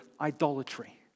idolatry